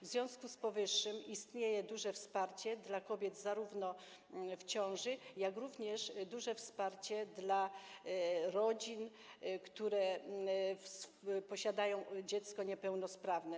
W związku z powyższym istnieje duże wsparcie dla kobiet w ciąży, jak również duże wsparcie dla rodzin, które posiadają dziecko niepełnosprawne.